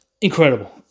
incredible